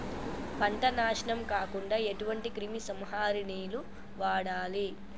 పంట నాశనం కాకుండా ఎటువంటి క్రిమి సంహారిణిలు వాడాలి?